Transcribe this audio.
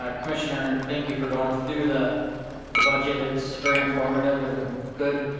ah commissioner and thank you for going through the the budget. it's very informative and good.